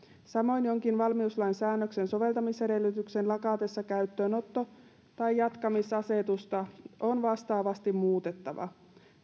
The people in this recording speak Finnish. samoin jonkin valmiuslain säännöksen soveltamisedellytyksen lakatessa käyttöönotto tai jatkamisasetusta on vastaavasti muutettava